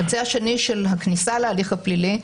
הקצה השני של הכניסה להליך הפלילי,